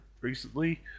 recently